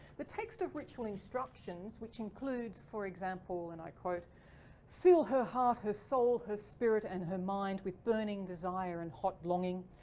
the text of ritual instructions which includes for example and i quote fill her heart her soul her spirit and her mind with burning desire and hot longing,